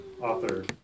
author